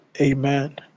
Amen